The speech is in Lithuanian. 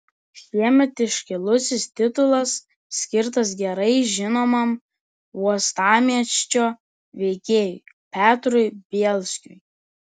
šiemet iškilusis titulas skirtas gerai žinomam uostamiesčio veikėjui petrui bielskiui